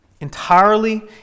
entirely